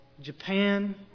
Japan